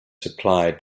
supplied